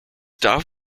darf